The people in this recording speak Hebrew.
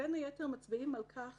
שבין היתר מצביעים על כך